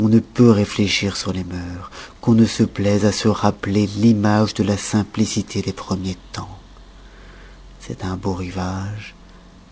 on ne peut réfléchir sur les mœurs qu'on ne se plaise à se rappeler l'image de la simplicité des premiers temps c'est un beau rivage